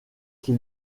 qui